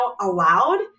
aloud